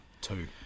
two